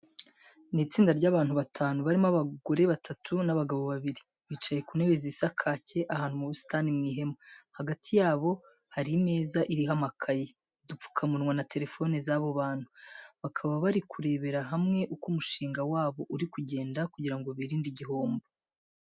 Ni itsinda ry'abantu batanu barimo abagore batatu n'abagabo babiri, bicaye ku ntebe zisa kake ahantu mu busitani mu ihema. Hagati yabo hari imeza iriho amakayi, udupfukamunwa na telefone z'abo bantu. Bakaba bari kurebera hamwe uko umushinga wabo uri kugenda kugira ngo birinde igihombo.